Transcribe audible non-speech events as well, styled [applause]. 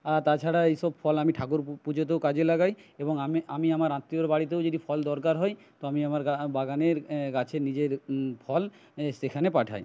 আর তাছাড়া এইসব ফল আমি ঠাকুর পুজোতেও কাজে লাগাই এবং আমি আমি আমার আত্মীয়র বাড়িতেও যদি ফল দরকার হয় তো আমি আমার গা [unintelligible] বাগানের গাছের নিজের ফল সেখানে পাঠাই